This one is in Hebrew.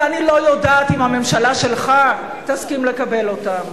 ואני לא יודעת אם הממשלה שלך תסכים לקבל אותם.